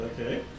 Okay